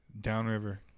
downriver